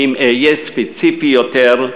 ואם אהיה ספציפי יותר,